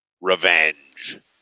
Revenge